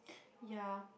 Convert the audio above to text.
ya